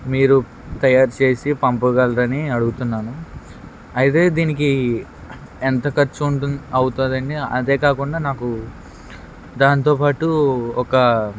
మీరు తయారు చేేసి పంపగలరని అడుగుతున్నాను అయితే దీనికి ఎంత ఖర్చు ఉంటుం అవుతాదండి అదే కాకుండా నాకు దాంతో పాటు ఒక